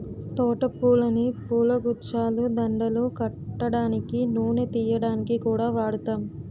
తోట పూలని పూలగుచ్చాలు, దండలు కట్టడానికి, నూనె తియ్యడానికి కూడా వాడుతాం